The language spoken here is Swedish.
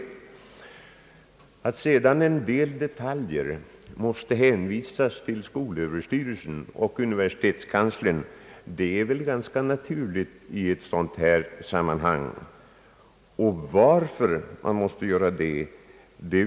Sedan är det väl ganska naturligt i ett sådant här sammanhang, att en del detaljer måste hänvisas till skolöverstyrelsen och universitetskanslersämbetet.